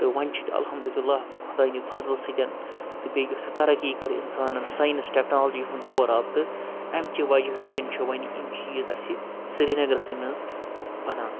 تہٕ وۄنۍ چھِ ییٚتہِ الحمدُاللہ خۄداینہِ فَضلہٕ سۭتۍ تہٕ بیٚیہِ یُس یہِ ترقی کٔر اِنسانَن ساینَس ٹٮ۪کنالجی ہُنٛد دور آو تہٕ اَمہِ کہِ وجہ سۭتۍ چھُ وۄنۍ یِم چیٖز اَسہِ سرینَگرَسٕے منٛز بَنان